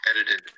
edited